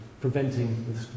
preventing